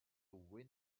win